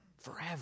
forever